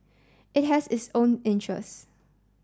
it has its own interests